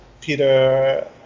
Peter